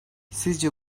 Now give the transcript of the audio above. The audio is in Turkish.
sizce